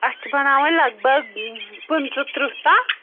اَسہِ چھِ بَناوٕنۍ لگ بھگ پٍنٛژٕہ ترٕٛہ تام